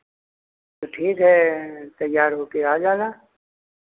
तो ठीक है तैयार होके आ जाना